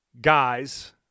guys